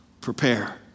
prepare